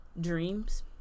dreams